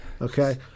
Okay